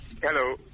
Hello